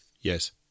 Yes